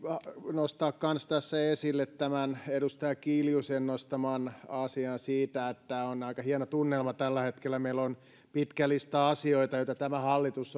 nostaa kanssa tässä esille tämän edustaja kiljusen nostaman asian siitä että on aika hieno tunnelma tällä hetkellä meillä on pitkä lista asioita joita tämä hallitus